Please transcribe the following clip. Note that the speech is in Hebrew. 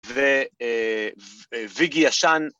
וויגי ישן